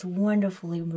wonderfully